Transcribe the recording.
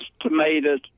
tomatoes